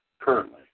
currently